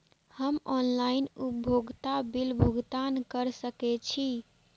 हम ऑनलाइन उपभोगता बिल भुगतान कर सकैछी?